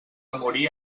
morir